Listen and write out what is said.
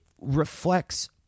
reflects